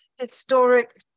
historic